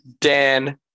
Dan